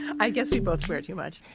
i guess we both swear too much.